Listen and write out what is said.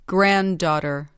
Granddaughter